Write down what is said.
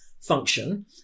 function